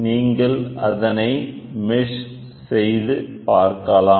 நீங்கள் அதனை மெஷ் செய்து பார்க்கலாம்